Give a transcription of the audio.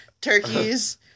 turkeys